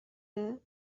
there